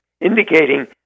indicating